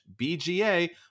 bga